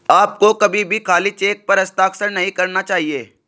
आपको कभी भी खाली चेक पर हस्ताक्षर नहीं करना चाहिए